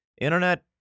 Internet